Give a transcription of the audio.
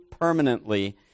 permanently